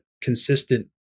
consistent